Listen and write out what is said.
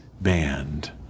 band